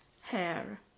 hair